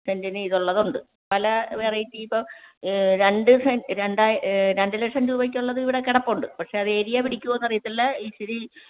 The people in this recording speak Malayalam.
സെൻറിന് ഇത് ഉള്ളതുണ്ട് പല വെറൈറ്റി ഇപ്പോൾ രണ്ട് സെ രണ്ട് രണ്ട് ലക്ഷം രൂപയ്ക്കുള്ളത് ഇവിടെ കിടപ്പുണ്ട് പക്ഷേ അത് ഏരിയ പിടിക്കുമോ എന്ന് അറിയില്ല ഇത്തിരി